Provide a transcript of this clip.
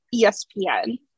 ESPN